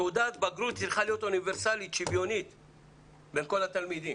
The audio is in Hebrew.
תעודת בגרות צריכה להיות אוניברסלית ושוויונית בין כל התלמידים,